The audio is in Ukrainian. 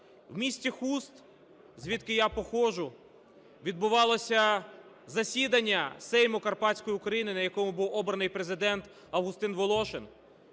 В місті Хуст, звідки я походжу, відбувалося засідання Сейму Карпатської України, на якому був обраний Президент Августин Волошин,